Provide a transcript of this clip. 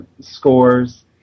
scores